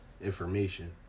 information